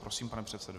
Prosím, pane předsedo.